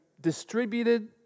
distributed